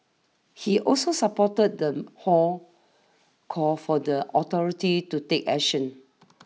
he also supported the hall's call for the authorities to take action